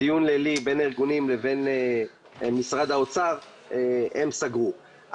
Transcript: בדיון לילי בין הארגונים לבין משרד האוצר הם סגרו.